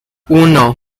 uno